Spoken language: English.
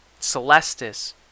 Celestis